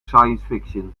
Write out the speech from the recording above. sciencefiction